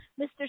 Mr